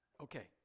Okay